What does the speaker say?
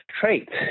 traits